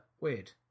weird